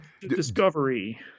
Discovery